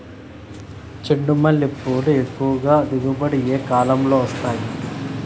చెండుమల్లి పూలు ఎక్కువగా దిగుబడి ఏ కాలంలో వస్తాయి